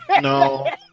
no